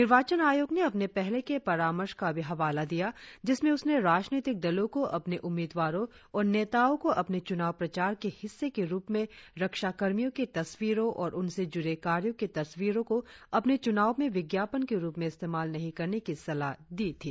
निर्वाचन आयोग ने अपने पहले के परामर्श का भी हवाला दिया जिसमें उसने राजनीतिक दलों को अपने उम्मीदवारों और नेताओं को अपने चुनाव प्रचार के हिस्से के रुप में रक्षाकर्मियों की तस्वीरों और उनसे जुड़े कार्यों की तस्वीरों को अपने चुनाव में विज्ञापन के रुप में इस्तेमाल नहीं करने की सलाह दी थी